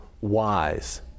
wise